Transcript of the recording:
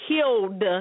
killed